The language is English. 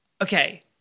Okay